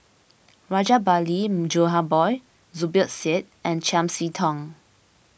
Rajabali Jumabhoy Zubir Said and Chiam See Tong